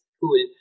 cool